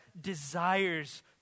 desires